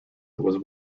was